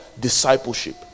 Discipleship